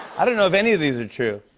i don't know if any of these are true.